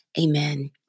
Amen